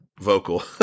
vocal